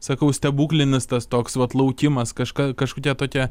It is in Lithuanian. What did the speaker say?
sakau stebuklinis tas toks vat laukimas kažką kažkokie tokie